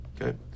Okay